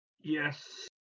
Yes